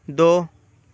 दो